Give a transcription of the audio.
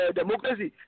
democracy